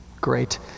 great